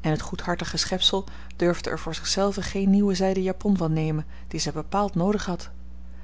en het goedhartige schepsel durfde er voor zich zelve geen nieuwe zijden japon van nemen die zij bepaald noodig had